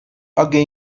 alguém